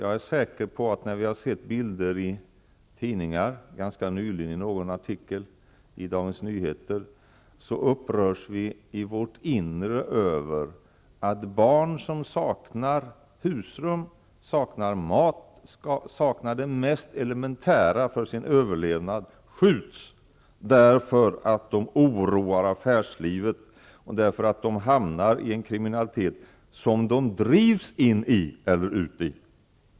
Jag tror inte det finns några skiljelinjer i kammaren i denna fråga. När vi ser bilder i tidningar, bl.a. ganska nyligen i en artikel i Dagens Nyheter, upprörs vi i vårt inre över att barn som saknar husrum, mat och det mest elementära för sin överlevnad skjuts därför att de oroar affärslivet och har hamnat i en kriminalitet som de drivs in i.